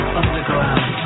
underground